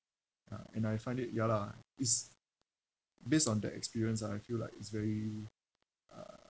ah and I find it ya lah it's based on that experience ah I feel like it's very uh